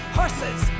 horses